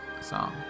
song